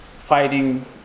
fighting